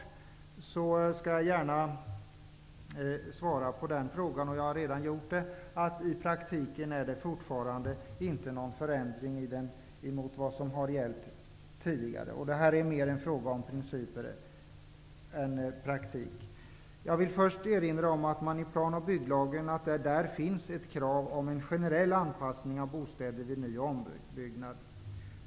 Jag har redan tidigare svarat på frågan angående den paragrafen, nämligen att det inte i praktiken råder någon förändring gentemot vad som har gällt tidigare. Det här är mera fråga om principer än praktik. Jag vill först erinra om att det i plan och bygglagen finns ett krav om en generell anpassning vid ny och ombyggnad.